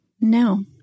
No